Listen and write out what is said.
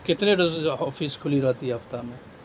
کتنے روز آفس کھلی رہتی ہے ہفتہ میں